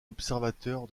observateur